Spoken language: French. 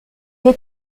est